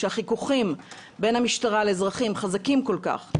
כשהחיכוכים בין המשטרה לאזרחים חזקים כל כך,